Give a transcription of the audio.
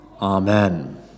amen